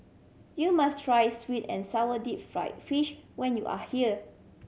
you must try sweet and sour deep fried fish when you are here